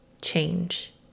Change